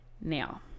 now